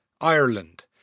Ireland